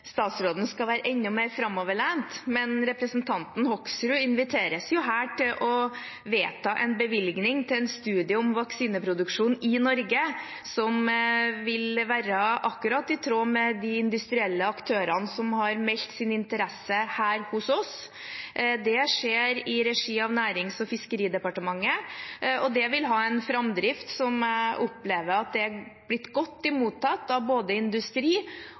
statsråden skal være enda mer framoverlent, for han inviteres jo her til å være med på å vedta en bevilgning til en studie om vaksineproduksjon i Norge, som vil være akkurat i tråd med det de industrielle aktørene har meldt av interesse til oss. Det skjer i regi av Nærings- og fiskeridepartementet, og det vil ha en framdrift som jeg opplever har blitt godt tatt imot av både